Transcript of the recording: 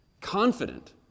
confident